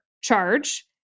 charge